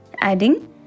adding